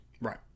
Right